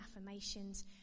affirmations